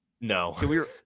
no